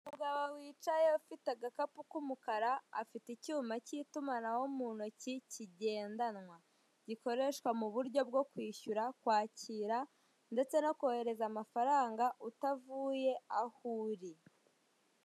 Umugabo wicaye ufite agakapu k'umukara afite icyuma k'itumanaho mu ntoki kigendanwa. Gikoreshwa mu buryo bwo kwishyura, kwakira ndetse no kohereza amafaranga utavuye aho uri.